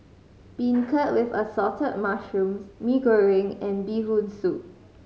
beancurd with Assorted Mushrooms Mee Goreng and Bee Hoon Soup